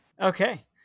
Okay